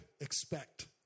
expect